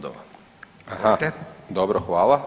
Dobro, hvala.